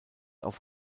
auf